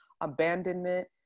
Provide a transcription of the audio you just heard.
abandonment